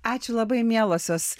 ačiū labai mielosios